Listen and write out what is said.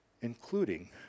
including